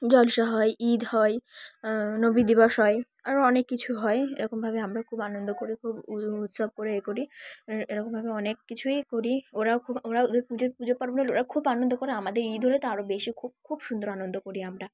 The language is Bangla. জলসা হয় ঈদ হয় নবী দিবস হয় আরও অনেক কিছু হয় এরকমভাবে আমরা খুব আনন্দ করি খুব উৎসব করে এ করি এরকমভাবে অনেক কিছুই করি ওরাও খুব ওরা ওদের পুজো পুজো পার্বণ ওরা খুব আনন্দ করে আমাদের ঈদ হলে তো আরও বেশি খুব খুব সুন্দর আনন্দ করি আমরা